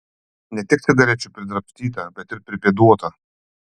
ne tik cigarečių pridrabstyta bet ir pripėduota